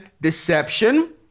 deception